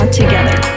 together